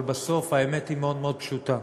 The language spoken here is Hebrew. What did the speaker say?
אבל בסוף האמת היא מאוד מאוד פשוטה.